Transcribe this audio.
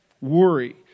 worry